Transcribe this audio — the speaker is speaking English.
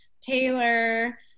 Taylor